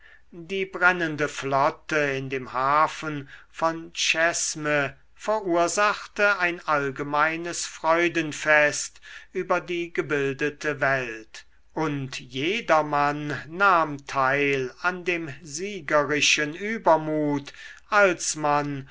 die brennende flotte in dem hafen von tschesme verursachte ein allgemeines freudenfest über die gebildete welt und jedermann nahm teil an dem siegerischen übermut als man